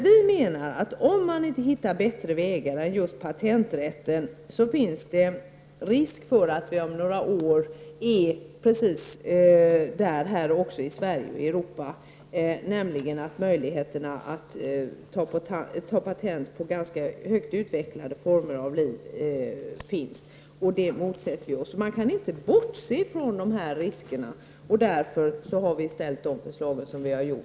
Vi menar att om man inte hittar bättre väg än patenträtten finns det risk för att vi i Sverige och i övriga Europa om några år befinner oss i samma situation, nämligen att det blir möjligt att ta patent på ganska högt utvecklade former av liv. Det motsätter vi oss. Man kan inte bortse från riskerna, och därför har vi framlagt de här förslagen.